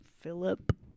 Philip